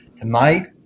Tonight